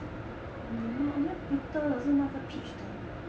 有吗好像 bitter 是那个 peach 的